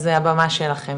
אז הבמה שלכם,